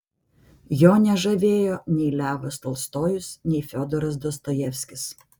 jo nežavėjo nei levas tolstojus nei fiodoras dostojevskis